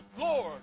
Lord